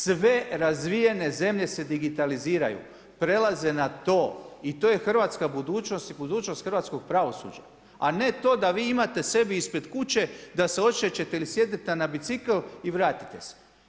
Sve razvijene zemlje se digitaliziraju, prelaze na to i to je hrvatska budućnost i budućnost hrvatskog pravosuđa a ne to da vi imate sebi ispred kuće da se odšećete ili sjednete na bicikl i vratite se.